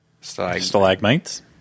stalagmites